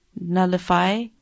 nullify